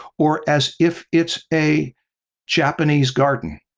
or as if it's a japanese garden,